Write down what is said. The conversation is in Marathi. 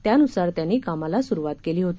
त्यानुसार त्यांनी कामाला सुरुवात केली होती